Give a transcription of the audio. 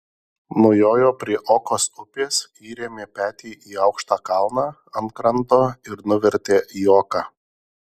nujojo prie okos upės įrėmė petį į aukštą kalną ant kranto ir nuvertė į oką